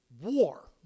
war